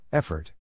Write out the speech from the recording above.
Effort